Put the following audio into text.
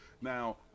Now